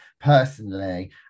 personally